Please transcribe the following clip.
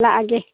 ꯂꯥꯛꯑꯒꯦ